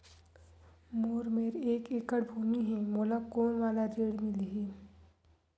मोर मेर एक एकड़ भुमि हे मोला कोन वाला ऋण मिलही?